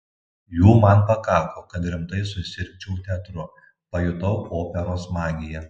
jų man pakako kad rimtai susirgčiau teatru pajutau operos magiją